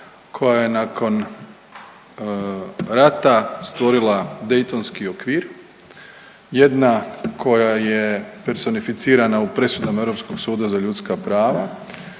koja je nakon rata stvorila Daytonski okvir, jedna koja je personificirana u presudama Europskog suda za ljudska prava